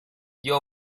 you